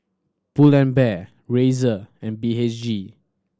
Pull and Bear Razer and B H G